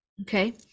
okay